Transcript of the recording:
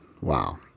wow